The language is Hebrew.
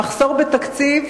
המחסור בתקציב.